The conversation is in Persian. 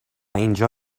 اینجا